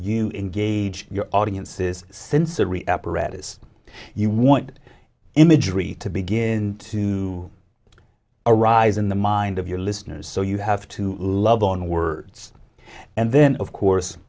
you engage your audiences sensory apparatus you want imagery to begin to arise in the mind of your listeners so you have to love on words and then of course